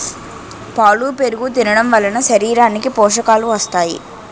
పాలు పెరుగు తినడంవలన శరీరానికి పోషకాలు వస్తాయి